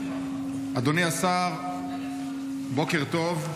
אדוני השר, בוקר טוב.